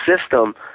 system